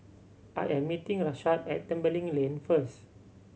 I am meeting Rashaad at Tembeling Lane first